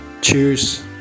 cheers